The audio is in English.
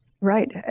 Right